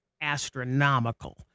astronomical